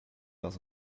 das